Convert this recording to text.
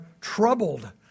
troubled